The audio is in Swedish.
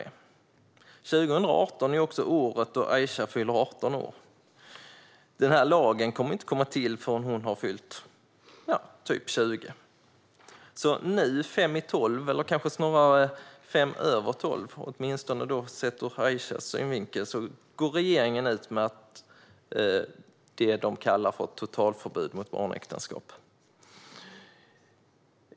2018 är också året då Aisha fyller 18 år. Denna lag kommer inte att komma till förrän hon har fyllt typ 20. Nu, fem i tolv - eller kanske snarare fem över tolv, åtminstone sett ur Aishas synvinkel - går regeringen ut med det man kallar för ett totalförbud mot barnäktenskap.